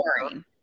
boring